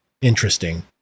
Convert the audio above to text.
interesting